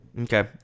Okay